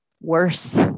worse